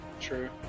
True